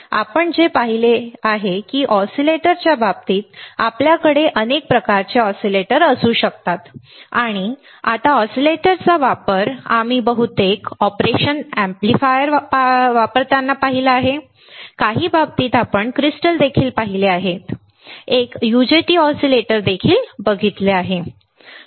तर आता आपण जे पाहिले ते असे आहे की ऑसिलेटरच्या बाबतीत आपल्याकडे अनेक प्रकारचे ऑसीलेटर असू शकतात आणि आता ऑसीलेटरचा वापर आम्ही बहुतेक ऑपरेशन अॅम्प्लीफायर वापरताना पाहिला आहे परंतु काही बाबतीत आपण क्रिस्टल देखील पाहिले आहे ऑसीलेटर आम्ही एक UJT ऑसीलेटर देखील पाहिले आहे बरोबर